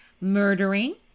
murdering